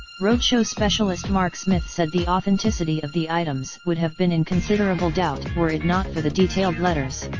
roadshow specialist mark smith said the authenticity of the items would have been in considerable doubt were it not for the detailed letters.